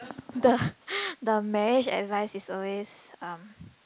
the the marriage advice is always um